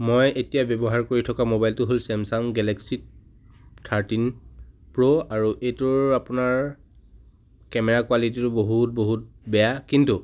মই এতিয়া ব্যৱহাৰ কৰি থকা মোবাইলটো হ'ল চামচাং গেলেক্সি থাৰ্টিন প্ৰ' আৰু এইটোৰ আপোনাৰ কেমেৰাৰ কোৱালিটী বহুত বহুত বেয়া কিন্তু